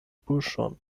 buŝon